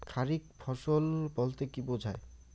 খারিফ ফসল বলতে কী বোঝায়?